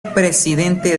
presidente